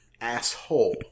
asshole